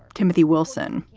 timothy wilson,